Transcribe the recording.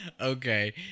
Okay